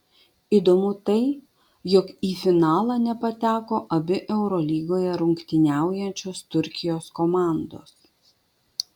įdomu tai jog į finalą nepateko abi eurolygoje rungtyniaujančios turkijos komandos